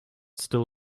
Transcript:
still